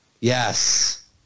Yes